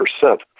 percent